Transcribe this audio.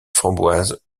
framboise